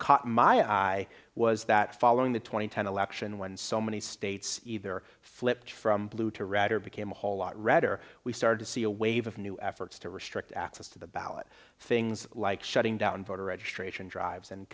caught my eye was that following the two thousand and ten election when so many states either flipped from blue to red or became a whole lot redder we started to see a wave of new efforts to restrict access to the ballot things like shutting down voter registration drives and